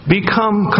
Become